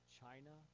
china